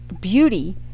beauty